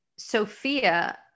Sophia